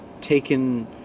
taken